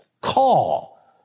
call